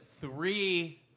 three